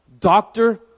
doctor